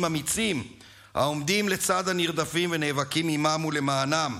אמיצים העומדים לצד הנרדפים ונאבקים עימם ולמענם.